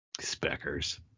Speckers